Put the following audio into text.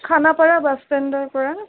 Khanapara bus ষ্টেণ্ডৰ পৰা